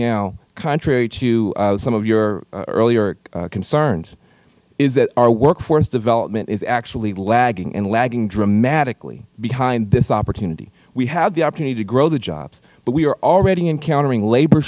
now contrary to some of your earlier concerns is that our workforce development is actually lagging and lagging dramatically behind this opportunity we have the opportunity to grow the jobs but we are already encountering labor